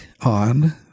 on